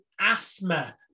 asthma